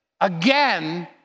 again